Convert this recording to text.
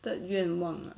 third 愿望 ah